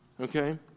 Okay